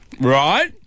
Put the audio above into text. Right